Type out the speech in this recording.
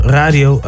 radio